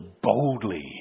boldly